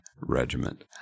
Regiment